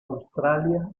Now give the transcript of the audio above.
australia